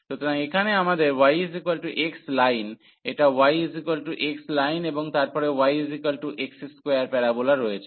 সুতরাং এখানে আমাদের y x লাইন এটা y x লাইন এবং তারপরে yx2 প্যারাবোলা রয়েছে